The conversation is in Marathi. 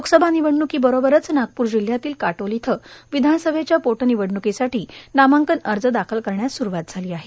लोकसभा निवडणूकी बरोबरच नागपूर जिल्ह्यातील काटोल इथं विधानसभेच्या पोटनिवडणुकसाठी नामांकन अर्ज दाखल करण्यास स्रूवात झाली आहे